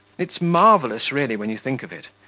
it's marvellous, really, when you think of it.